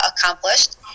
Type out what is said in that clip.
accomplished